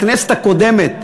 בכנסת הקודמת,